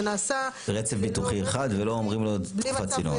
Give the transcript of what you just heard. זה נעשה --- רצף ביטוחי אחד ולא אומרים לו תקופת צינון.